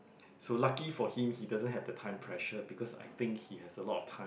so lucky for him he doesn't have the time pressure because I think he has a lot of time